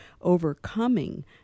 overcoming